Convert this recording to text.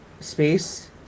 space